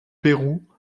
pérou